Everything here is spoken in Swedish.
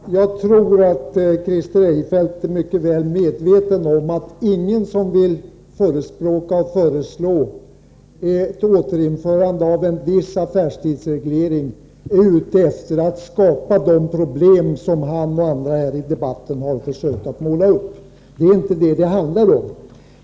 Herr talman! Jag tror att Christer Eirefelt är mycket väl medveten om att Onsdagen den ingen som förespråkar eller föreslår ett återinförande av en viss affärstidsre 2 maj 1984 glering är ute efter att skapa de problem som han och andra här i debatten har försökt måla upp. Det är inte det som det handlar om.